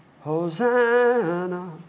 Hosanna